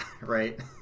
right